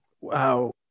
Wow